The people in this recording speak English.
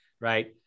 right